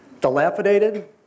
Dilapidated